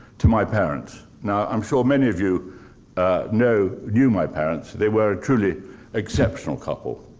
to my parents. now, i'm sure many of you know knew my parents. they were a truly exceptional couple.